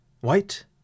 White